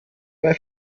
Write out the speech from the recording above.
bei